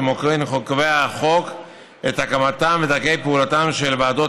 כמו כן קובע החוק את הקמתן ודרכי פעולתן של ועדות